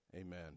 amen